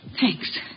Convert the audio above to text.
Thanks